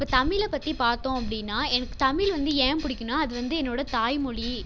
இப்போ தமிழை பற்றி பார்த்தோம் அப்படின்னா எனக்கு தமிழ் வந்து ஏன் பிடிக்கும்னா அது வந்து என்னோடய தாய் மொழி